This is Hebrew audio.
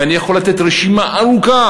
ואני יכול לתת רשימה ארוכה,